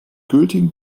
gültigen